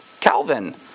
Calvin